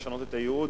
לשנות את הייעוד,